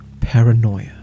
paranoia